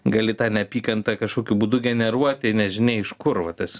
gali tą neapykantą kažkokiu būdu generuoti nežinia iš kur va tas